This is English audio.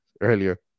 earlier